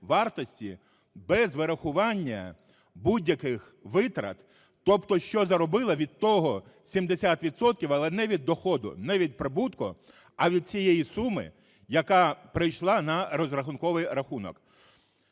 вартості без вирахування будь-яких витрат. Тобто, що заробили, від того 70 відсотків, але не від доходу, не від прибутку, а від цієї суми, яка прийшла на розрахунковий рахунок.